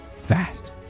fast